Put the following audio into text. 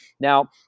Now